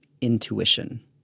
intuition